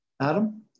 Adam